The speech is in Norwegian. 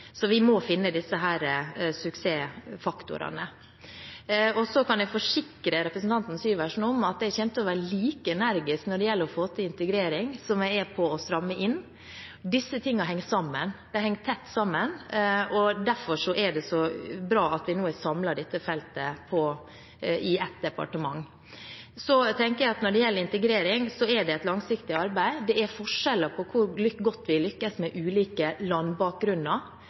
så vi må finne disse suksessfaktorene. Jeg kan forsikre representanten Syversen om at jeg kommer til å være like energisk når det gjelder å få til integrering som jeg er i å stramme inn. Disse tingene henger sammen, de henger tett sammen, og derfor er det så bra at vi nå har samlet dette feltet i ett departement. Når det gjelder integrering, er det et langsiktig arbeid. Det er forskjeller på hvor godt man lykkes med hensyn til bakgrunnen fra ulike